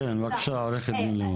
כן, בבקשה עו"ד לימור.